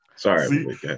Sorry